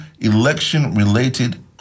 election-related